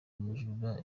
umujura